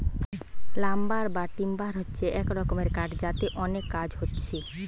lumber বা timber হচ্ছে এক রকমের কাঠ যাতে অনেক কাজ হচ্ছে